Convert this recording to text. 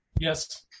Yes